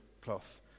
cloth